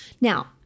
Now